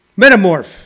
metamorph